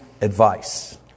advice